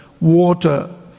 water